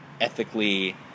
ethically